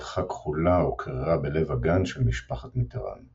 ברכה כחלה וקרירה בלב הגן של משפחת מיטראן.